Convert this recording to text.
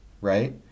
right